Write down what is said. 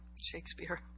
Shakespeare